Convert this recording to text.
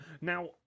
Now